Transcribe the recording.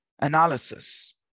analysis